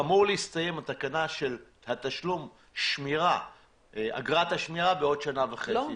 התקנה של תשלום אגרת השמירה אמורה להסתיים בעוד שנה וחצי,